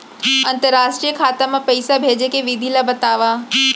अंतरराष्ट्रीय खाता मा पइसा भेजे के विधि ला बतावव?